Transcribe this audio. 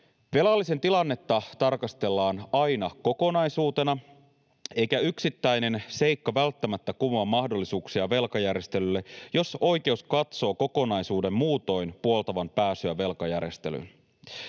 Velallisen tilannetta tarkastellaan aina kokonaisuutena, eikä yksittäinen seikka välttämättä kumoa mahdollisuuksia velkajärjestelylle, jos oikeus katsoo kokonaisuuden muutoin puoltavan pääsyä velkajärjestelyyn.